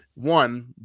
One